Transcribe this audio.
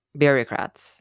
bureaucrats